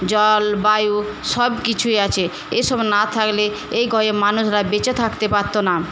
জল বায়ু সবকিছুই আছে এসব না থাকলে এই গ্রহে মানুষরা বেঁচে থাকতে পারত না